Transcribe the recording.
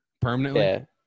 permanently